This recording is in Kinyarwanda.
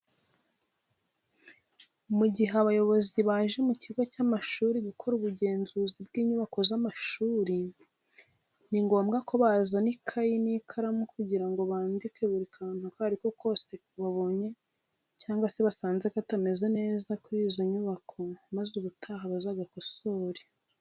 Mu gihe abayobozi baje mu kigo cy'amashuri gukora ubugenzuzi bw'inyubako z'amashuri, ni ngombwa ko bazana ikayi n'ikaramu kugira ngo bandike buri kantu ako ari ko kose kabonye cyangwa se basanze katameze neza kuri izo nyubako maze ubutaha bazagakosore.